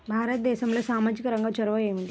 భారతదేశంలో సామాజిక రంగ చొరవ ఏమిటి?